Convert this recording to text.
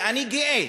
ואני גאה